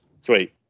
Sweet